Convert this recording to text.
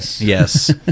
yes